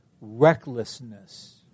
recklessness